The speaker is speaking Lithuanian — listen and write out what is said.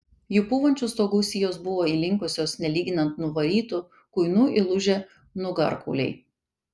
jų pūvančių stogų sijos buvo įlinkusios nelyginant nuvarytų kuinų įlūžę nugarkauliai